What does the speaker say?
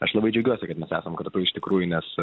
aš labai džiaugiuosi kad netapome kartu iš tikrųjų nes